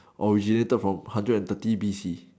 or which related from hundred and thirty B_C